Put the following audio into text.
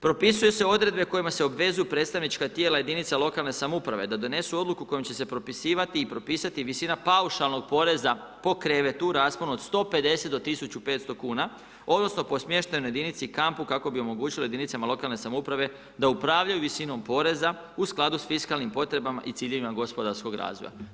Propisuju se odredbe kojima se obvezuju predstavnička tijela jedinica lokalne samouprave da donesu odluku kojom će se propisivati i propisati visina paušalnog poreza po krevetu u rasponu od 150 do 1500 kuna odnosno po smještaju na jedinici i kampu kako bi omogućili jedinicama lokalne samouprave da upravljaju visinom poreza u skladu s fiskalnim potrebama i ciljevima gospodarskog razvoja.